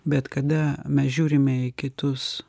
bet kada mes žiūrime į kitus